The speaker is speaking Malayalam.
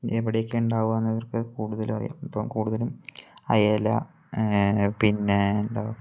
എവിടെയൊക്കെയാണ് ഉണ്ടാവുകയെന്ന് അവര്ക്ക് കൂടുതലുമറിയാം ഇപ്പം കൂടുതലും അയല പിന്നെയെന്താണ്